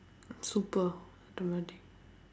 super dramatic